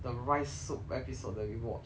the rice soup episode that we watch